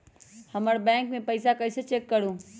हमर बैंक में पईसा कईसे चेक करु?